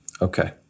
okay